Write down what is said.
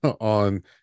on